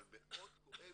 אבל מאוד כואב,